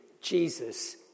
Jesus